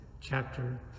chapter